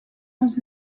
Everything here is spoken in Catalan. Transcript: els